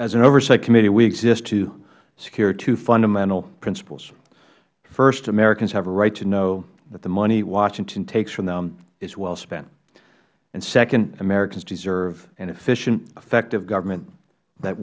as an oversight committee we exist to secure two fundamental principles first americans have a right to know that the money washington takes from them is well spent second americans deserve an efficient effective government that